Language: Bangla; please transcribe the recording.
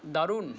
দারুণ